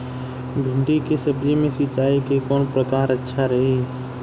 भिंडी के सब्जी मे सिचाई के कौन प्रकार अच्छा रही?